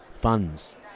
funds